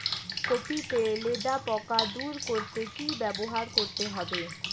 Copy তে লেদা পোকা দূর করতে কি ব্যবহার করতে হবে?